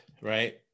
right